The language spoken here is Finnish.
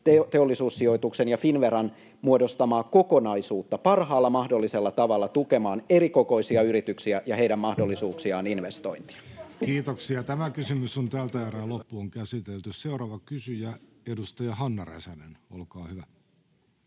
Teollisuussijoituksen ja Finnveran muodostamaa kokonaisuutta parhaalla mahdollisella tavalla tukemaan erikokoisia yrityksiä ja heidän mahdollisuuksiaan investointeihin. Seuraava kysyjä, edustaja Hanna Räsänen, olkaa hyvä.